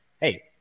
hey